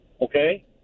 Okay